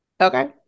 Okay